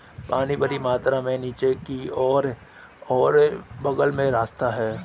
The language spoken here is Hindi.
पानी बड़ी मात्रा में नीचे की ओर और बग़ल में रिसता है